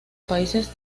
países